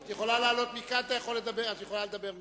את יכולה לעלות לכאן, את יכולה לדבר משם.